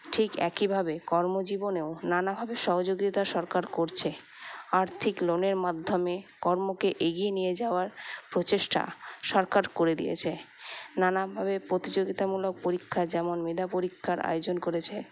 ঠিক একইভাবে কর্মজীবনেও নানাভাবে সহযোগিতা সরকার করছে আর্থিক লোনের মাধ্যমে কর্মকে এগিয়ে নিয়ে যাওয়ার প্রচেষ্টা সরকার করে দিয়েছে নানাভাবে প্রতিযোগিতামূলক পরীক্ষা যেমন মেধা পরীক্ষার আয়োজন করেছে